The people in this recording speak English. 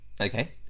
Okay